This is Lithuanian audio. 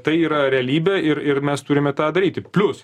tai yra realybė ir ir mes turime tą daryti plius